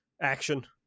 action